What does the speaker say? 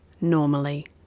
normally